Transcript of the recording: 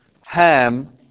Ham